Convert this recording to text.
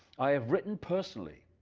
i have written personally,